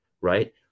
Right